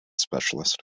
specialist